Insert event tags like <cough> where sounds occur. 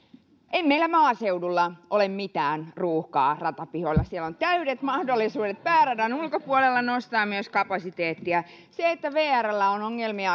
ei meillä maaseudulla ole mitään ruuhkaa ratapihoilla siellä on täydet mahdollisuudet pääradan ulkopuolella nostaa kapasiteettia se että vrllä on ongelmia <unintelligible>